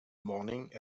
morning